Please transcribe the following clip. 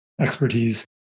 expertise